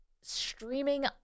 streaming